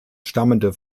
stammende